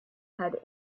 had